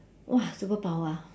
!wah! superpower ah